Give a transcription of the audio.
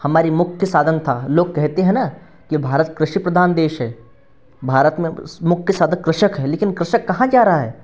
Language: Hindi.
हमारा मुख्य साधन था लोग कहते हैं ना कि भारत कृषि प्रधान देश है भारत में मुख्य साधन कृषक हैं लेकिन कृषक कहाँ जा रहा है